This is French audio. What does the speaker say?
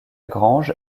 grange